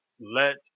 let